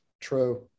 True